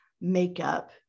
makeup